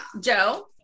Joe